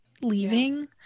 leaving